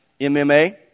MMA